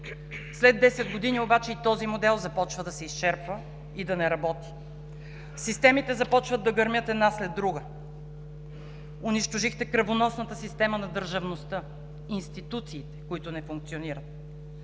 След 10 години обаче и този модел започва да се изчерпва и да не работи. Системите започват да гърмят една след друга. Унищожихте кръвоносната система на държавността, институциите, които не функционират.